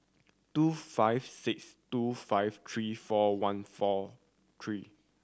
two five six two five three four one four three